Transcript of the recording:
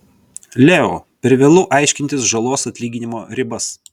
leo per vėlu aiškintis žalos atlyginimo ribas